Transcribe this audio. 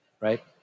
right